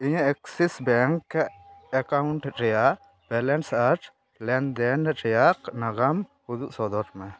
ᱤᱧᱟᱹᱜ Axis bank account ᱨᱮᱭᱟᱜ balance ᱟᱨ ᱞᱮᱱᱫᱮᱱ ᱨᱮᱭᱟᱜ ᱱᱟᱜᱟᱢ ᱩᱫᱩᱜ ᱥᱚᱫᱚᱨ ᱢᱮ